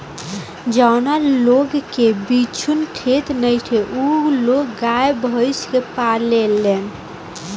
जावना लोग के भिजुन खेत नइखे उ लोग गाय, भइस के पालेलन